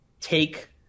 take